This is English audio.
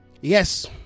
Yes